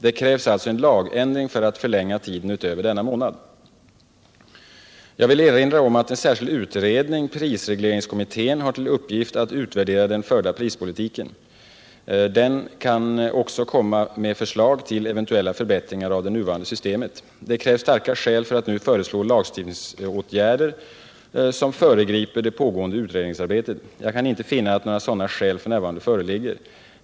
Det krävs alltså en lagändring för att förlänga tiden utöver denna månad. Jag vill erinra om att en särskild utredning, prisregleringskommittén, har till uppgift att utvärdera den förda prispolitiken. Den kan också komma med förslag till eventuella förbättringar av det nuvarande systemet. Det krävs starka skäl för att nu föreslå lagstiftningsåtgärder som föregriper det pågående utredningsarbetet. Jag kan inte finna att några sådana skäl f. n. föreligger.